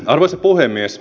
arvoisa puhemies